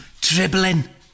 Dribbling